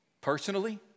personally